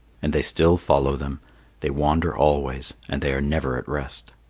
and they still follow them they wander always, and they are never at rest.